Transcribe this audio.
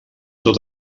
tot